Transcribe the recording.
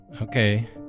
Okay